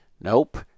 Nope